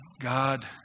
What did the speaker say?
God